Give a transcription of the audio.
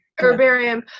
Herbarium